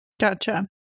Gotcha